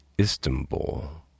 Istanbul